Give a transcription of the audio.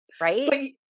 Right